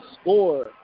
score